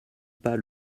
pas